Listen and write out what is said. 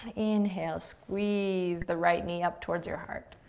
inhale, squeeze the right knee up towards your heart.